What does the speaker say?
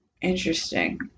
Interesting